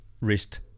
wrist